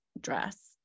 dress